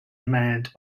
manned